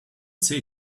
say